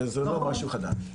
זה לא משהו חדש.